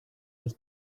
his